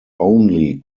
only